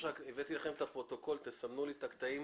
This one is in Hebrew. הבאנו את הפרוטוקול מ-6 בדצמבר 2005. תסמנו לי את הקטעים